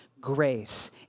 grace